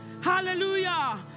Hallelujah